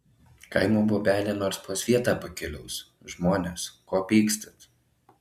kaimo bobelė nors po svietą pakeliaus žmones ko pykstat